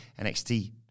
NXT